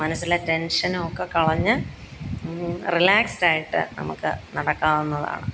മനസ്സിലെ ടെൻഷനുമൊക്കെക്കളഞ്ഞ് റിലാക്സ്ഡായിട്ട് നമുക്ക് നടക്കാവുന്നതാണ്